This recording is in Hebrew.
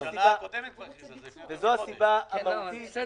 וזו הסיבה המהותית --- בסדר.